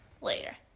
later